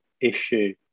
issue